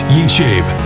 YouTube